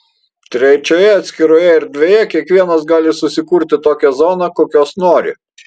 trečioje atskiroje erdvėje kiekvienas gali susikurti tokią zoną kokios nori